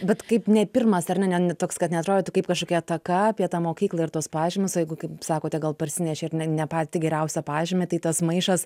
bet kaip ne pirmas ar ne toks kad neatrodytų kaip kažkokia ataka apie tą mokyklą ir tos pažymius jeigu kaip sakote gal parsinešė ir ne ne patį geriausią pažymį tai tas maišas